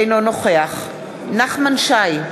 אינו נוכח נחמן שי,